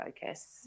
focus